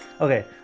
Okay